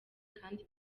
kandi